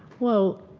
well,